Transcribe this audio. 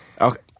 Okay